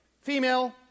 female